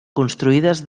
construïdes